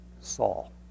Saul